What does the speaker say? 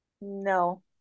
No